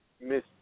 Miss